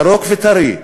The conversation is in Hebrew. ירוק וטרי,